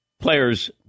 players